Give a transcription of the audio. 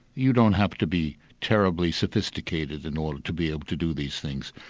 you don't have to be terribly sophisticated in order to be able to do these things,